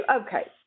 Okay